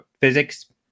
physics